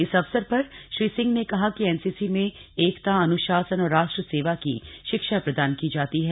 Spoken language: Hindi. इस अवसर पर श्री सिंह ने कहा कि एनसीसी में एकता अन्शासन और राष्ट्र सेवा की शिक्षा प्रदान की जाती है